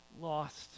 lost